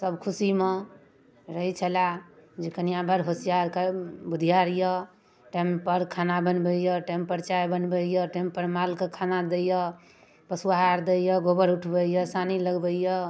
सब खुशीमे रहै छलै जे कनिआ बड़ होशियारि बुधिआरि अइ टाइमपर खाना बनबैए टाइमपर चाइ बनबैए टाइमपर मालके खाना दैए पशुआहार दैए गोबर उठबैए सानी लगबैए